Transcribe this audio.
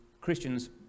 Christians